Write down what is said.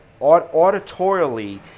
auditorially